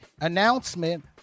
announcement